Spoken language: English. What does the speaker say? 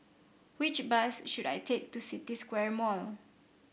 which bus should I take to City Square Mall